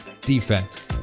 defense